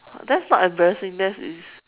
that's not embarrassing that is